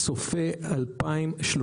צופה ל-2030.